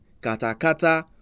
katakata